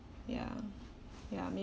ya ya may